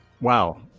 Wow